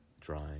dry